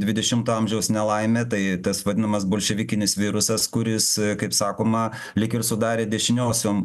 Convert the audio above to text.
dvidešimto amžiaus nelaimė tai tas vadinamas bolševikinis virusas kuris kaip sakoma lyg ir sudarė dešiniosiom